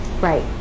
Right